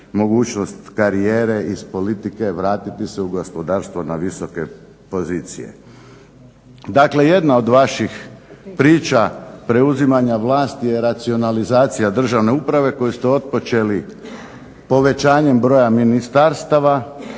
mogućnost karijere iz politike vratiti se u gospodarstvo na visoke pozicije. Dakle, jedna od vaših priča preuzimanja vlasti je racionalizacija državne uprave koju ste otpočeli povećanjem broja ministarstava,